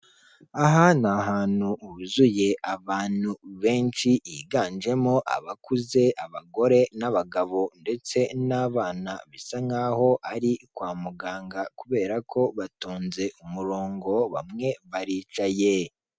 Aha ni ahantu huzuye abantu benshi, higanjemo abakuze abagore n'abagabo ndetse n'abana, bisa nk'aho ari kwa muganga kubera ko batonze umurongo bamwe baricaye.